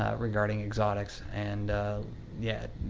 ah regarding exotics. and yeah,